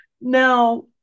Now